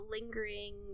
lingering